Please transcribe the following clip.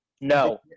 No